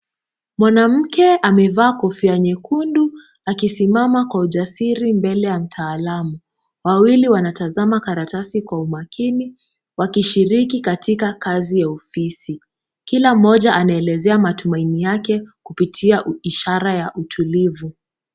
Mwanamke amevaa kofia jekundu akisimama kwa ujasiri mbele ya mtaalamu. Wawili wanatazama karatasi kwa umakini wakishiriki katika kazi ya ofisi. Kila mmoja anaelezea matumaini yake kupitia ishara ya utulivu.